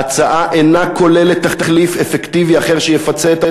ההצעה אינה כוללת תחליף אפקטיבי אחר שיפצה את